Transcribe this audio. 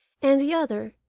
and the other,